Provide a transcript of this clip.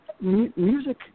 music